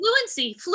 Fluency